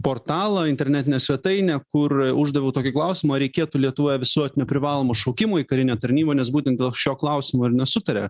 portalą internetinę svetainę kur uždaviau tokį klausimą ar reikėtų lietuvoje visuotinio privalomo šaukimo į karinę tarnybą nes būtent dėl šio klausimo ir nesutaria